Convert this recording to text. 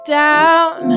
down